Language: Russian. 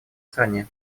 стране